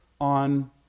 on